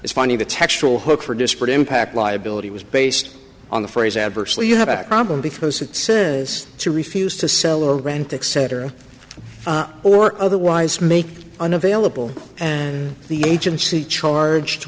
is funny the textual hook for disparate impact liability was based on the phrase adversely you have a problem because it says to refuse to sell or rent etc or otherwise make unavailable and the agency charged